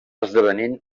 esdevenint